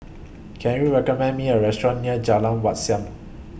Can YOU recommend Me A Restaurant near Jalan Wat Siam